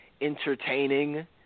entertaining